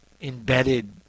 embedded